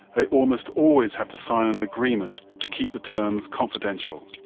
they almost always have to sign an agreement to keep the terms confidential.